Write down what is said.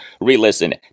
re-listen